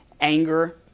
anger